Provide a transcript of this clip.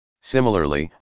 Similarly